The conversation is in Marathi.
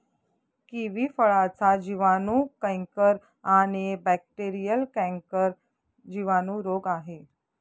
किवी फळाचा जिवाणू कैंकर आणि बॅक्टेरीयल कैंकर जिवाणू रोग आहे